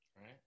right